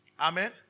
Amen